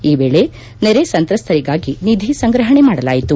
ಈ ವೇಳೆ ನೆರೆ ಸಂತ್ರಸ್ತರಿಗಾಗಿ ನಿಧಿ ಸಂಗ್ರಹಣೆ ಮಾಡಲಾಯಿತು